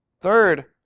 Third